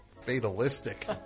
fatalistic